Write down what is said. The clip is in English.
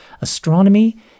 Astronomy